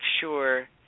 sure